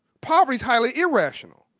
poverty is highly irrational.